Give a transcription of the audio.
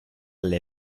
alle